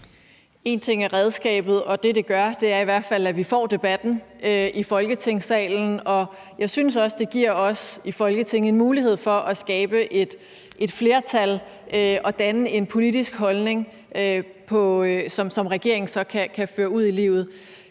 Én ting er redskabet, og det, som det gør, er i hvert fald, at vi får debatten i Folketingssalen. Jeg synes også, det giver os i Folketinget en mulighed for at skabe et flertal og danne en politisk holdning, som regeringen så kan føre ud i livet.